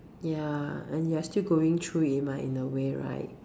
ya and you're still going through it mah in a way right